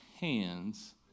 hands